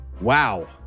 Wow